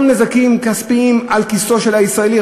גם נזקים כספיים לכיסו של הישראלי.